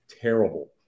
terrible